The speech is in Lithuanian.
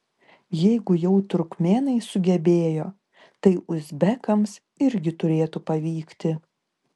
jeigu jau turkmėnai sugebėjo tai uzbekams irgi turėtų pavykti